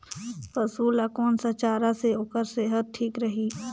पशु ला कोन स चारा से ओकर सेहत ठीक रही?